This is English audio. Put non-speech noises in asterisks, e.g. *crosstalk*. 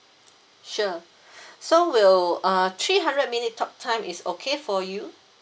sure *breath* so will uh three hundred minute talktime is okay for you